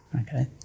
okay